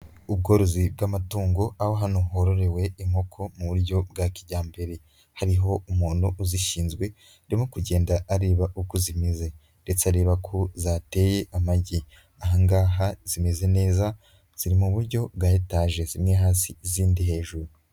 Ubworozi bw'amatungo aho hano hororewe inkoko mu buryo bwa kijyambere, hariho umuntu uzishinzwe, arimo kugenda areba uko zimeze, ndetse areba ko zateye amagi ahangaha zimeze neza ziri mu buryo bwa etaje zimwe hasi izindi hejuru.